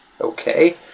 okay